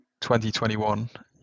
2021